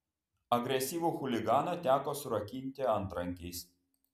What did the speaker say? agresyvų chuliganą teko surakinti antrankiais